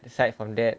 aside from that